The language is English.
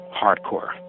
hardcore